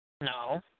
no